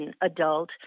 adult